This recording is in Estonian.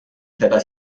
seda